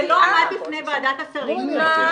זה לא עמד בפני ועדת השרים --- סליחה,